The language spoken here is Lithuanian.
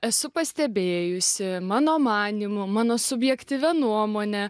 esu pastebėjusi mano manymu mano subjektyvia nuomone